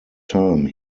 time